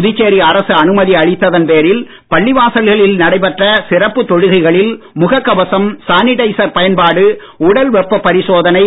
புதுச்சேரி அரசு அனுமதி அளித்ததன் பேரில் பள்ளிவாசல்களில் நடைபெற்ற தொழுகைகளில் முகக் கவசம் சானிடைசர் பயன்பாடு உடல் வெப்ப பரிசோதனை